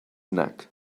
neck